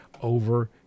over